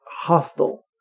hostile